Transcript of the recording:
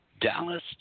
Dallas